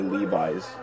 Levi's